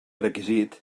requisit